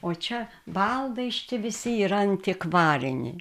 o čia baldai iš čia visi yra antikvariniai